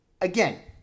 again